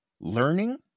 learning